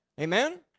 Amen